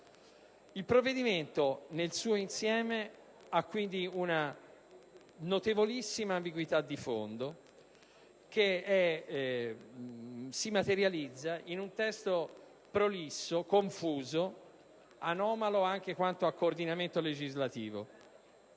Il provvedimento, nel suo insieme, ha quindi una notevolissima ambiguità di fondo, che si materializza in un testo prolisso, confuso e anomalo anche quanto a coordinamento legislativo.